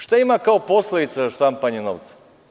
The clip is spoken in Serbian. Šta ima kao posledica štampanje novca?